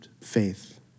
faith